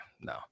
no